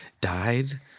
died